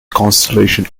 constellation